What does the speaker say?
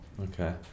Okay